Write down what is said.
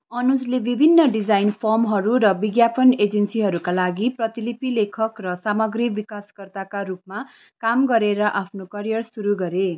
अनुजले विभिन्न डिजाइन फर्महरू र विज्ञापन एजेन्सीहरूका लागि प्रतिलिपि लेखक र सामग्री विकासकर्ताका रूपमा काम गरेर आफ्नो करियर सुरु गरे